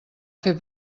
fer